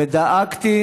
ודאגתי